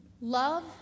love